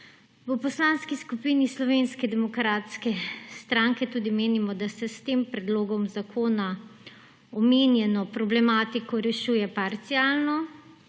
V Poslanski skupini Slovenske demokratske stranke tudi menimo, da se s tem predlogom zakona omenjeno problematiko rešuje parcialno,